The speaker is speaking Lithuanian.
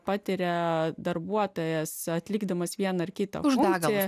patiria darbuotojas atlikdamas vieną ar kitą funkciją už degalus